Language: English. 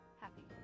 happy